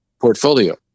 portfolio